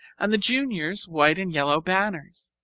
and the juniors white and yellow banners.